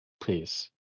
Please